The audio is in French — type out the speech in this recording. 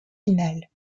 finale